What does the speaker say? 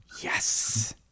Yes